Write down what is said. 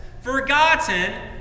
forgotten